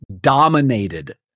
dominated